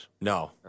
No